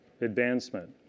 advancement